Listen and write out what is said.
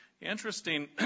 interesting